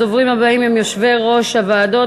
הדוברים הבאים הם יושבי-ראש הוועדות.